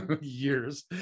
years